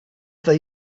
they